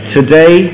Today